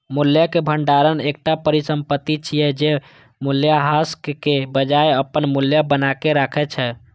मूल्यक भंडार एकटा परिसंपत्ति छियै, जे मूल्यह्रासक बजाय अपन मूल्य बनाके राखै छै